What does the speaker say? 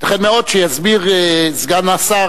ייתכן מאוד שיסביר סגן השר,